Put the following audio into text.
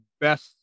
best